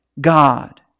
God